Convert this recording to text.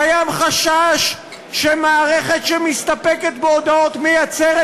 קיים חשש שמערכת שמסתפקת בהודאות מייצרת